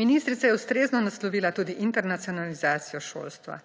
Ministrica je ustrezno naslovila tudi internacionalizacijo šolstva,